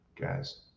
guys